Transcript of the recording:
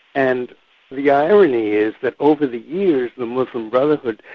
and the irony is that over the years the muslim brotherhood,